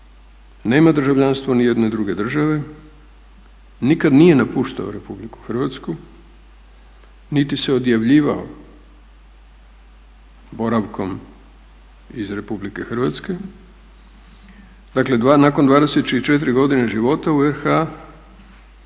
Nema državljanstvo ni jedne druge države, nikad nije napuštao Republiku Hrvatsku, niti se odjavljivao boravkom iz Republike Hrvatske. Dakle, nakon 24 godine života u RH